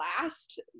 last